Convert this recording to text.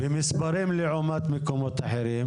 ועם מספרים לעומת מקומות אחרים